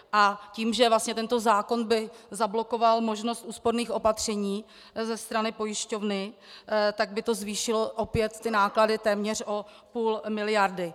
A tím, že by tento zákon zablokoval možnost úsporných opatření ze strany pojišťovny, tak by to zvýšilo opět náklady téměř o půl miliardy.